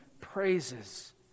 praises